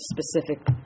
specific